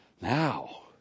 Now